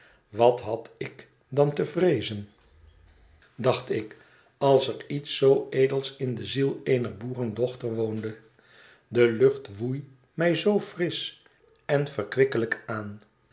wat had ik dan te vreezen dacht ik als er iets zoo edels in de ziel eener boerendochter woonde de lucht woei mij zoo frisch en verkwikkelijk aan